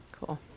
Cool